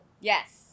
Yes